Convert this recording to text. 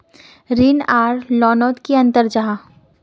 ऋण आर लोन नोत की अंतर जाहा?